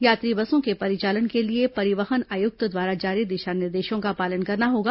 यात्री बसों के परिचालन के लिए परिवहन आयुक्त द्वारा जारी दिशा निर्देशों का पालन करना होगा